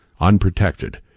unprotected